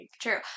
True